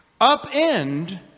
upend